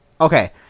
Okay